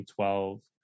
2012